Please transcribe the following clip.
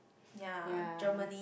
ya Germany